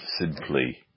simply